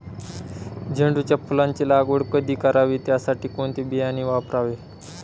झेंडूच्या फुलांची लागवड कधी करावी? त्यासाठी कोणते बियाणे वापरावे?